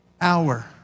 Hour